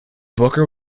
booker